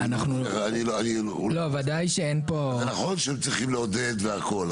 נכון שהם צריכים לעודד והכול,